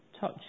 touch